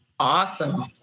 Awesome